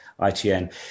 ITN